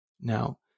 Now